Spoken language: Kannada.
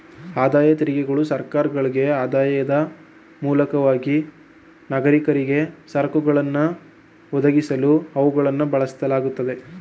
ಆದಾಯ ತೆರಿಗೆಗಳು ಸರ್ಕಾರಗಳ್ಗೆ ಆದಾಯದ ಮೂಲವಾಗಿದೆ ನಾಗರಿಕರಿಗೆ ಸರಕುಗಳನ್ನ ಒದಗಿಸಲು ಅವುಗಳನ್ನ ಬಳಸಲಾಗುತ್ತೆ